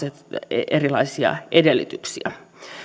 erilaisia edellytyksiä